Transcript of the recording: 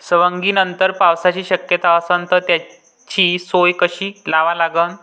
सवंगनीनंतर पावसाची शक्यता असन त त्याची सोय कशी लावा लागन?